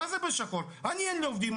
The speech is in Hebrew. אני אזמין עובד,